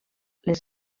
les